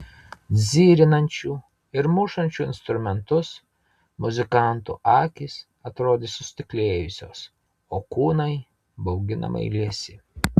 dzirinančių ir mušančių instrumentus muzikantų akys atrodė sustiklėjusios o kūnai bauginamai liesi